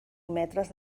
metres